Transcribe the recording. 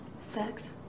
Sex